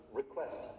request